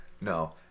No